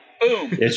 Boom